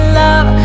love